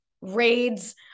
raids